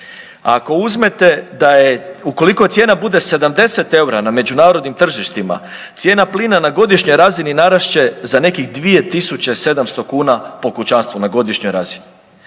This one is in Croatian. Ako uzmete da je, ukoliko cijena bude 70 eura na međunarodnim tržištima, cijena plina na godišnjoj razini narast će za nekih 2700 kuna po kućanstvu na godišnjoj razini.